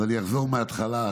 אני אחזור מהתחלה,